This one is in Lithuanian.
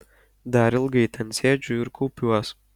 dar ilgai ten sėdžiu ir kaupiuos